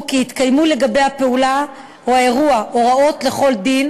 כאמור הוא כי התקיימו לגבי הפעולה או האירוע הוראות כל דין,